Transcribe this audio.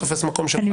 לא